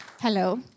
Hello